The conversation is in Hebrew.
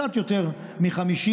קצת יותר מ-50%,